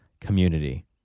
community